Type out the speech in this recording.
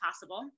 possible